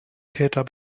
täter